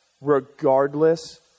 regardless